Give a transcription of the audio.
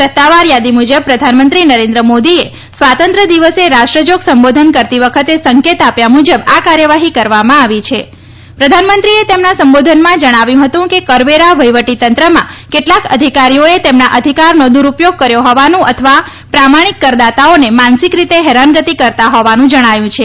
સત્તાવાર યાદી મુજબ પ્રધાનમંત્રીએ નરેન્દ્ર મોદીએ સ્વાતંત્ર્ય દિવસે રાષ્ટ્રજાગ સંબોધન કરતી વખતે સંકેત આપ્યા મુજબ આ કાર્યવાહી કરવામાં આવી હાં પ્રધાનમંત્રીએ તેમના સંબોધનમાં જણાવ્યું હતું કે કરવેરા વહીવટી તંત્રમાં કેટલાંક અધિકારીઓએ તેમના અધિકારનો દુરૂપયોગ કર્યો હોવાનું અથવા પ્રામાણિક કરદાતાઓની માનસિક રીતે હેરાનગતિ કરતા હોવાનું જણાયું છે